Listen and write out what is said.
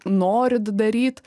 norit daryt